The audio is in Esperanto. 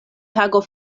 tago